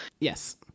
yes